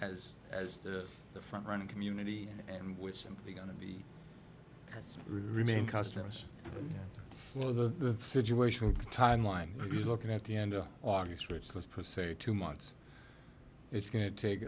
as as the front running community and we're simply going to be remain customers for the situational timeline looking at the end of august rates because per se two months it's going to take